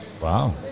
wow